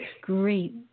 Great